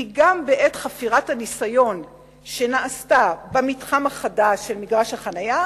כי גם בעת חפירת הניסיון שנעשתה במתחם החדש של מגרש החנייה,